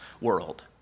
world